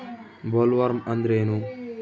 Bollworm ಅಂದ್ರೇನು?